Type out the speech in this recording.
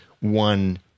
one